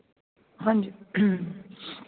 ਹਾਂਜੀ